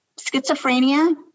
schizophrenia